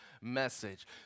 message